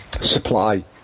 supply